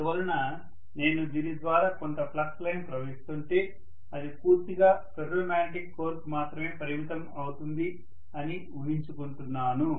అందువలన నేను దీని ద్వారా కొంత ఫ్లక్స్ లైన్ ప్రవహిస్తుంటే అది పూర్తిగా ఫెర్రో మాగ్నటిక్ కోర్ కి మాత్రమే పరిమితం అవుతుంది అని ఊహించుకుంటున్నాను